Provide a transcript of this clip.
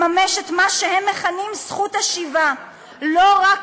לממש את מה שהם מכנים "זכות השיבה" לא רק